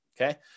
okay